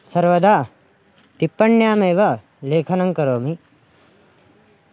सर्वदा टिप्पण्यामेव लेखनङ्करोमि